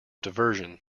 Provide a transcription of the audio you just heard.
diversion